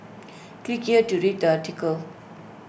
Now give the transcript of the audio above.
click here to read the article